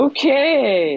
Okay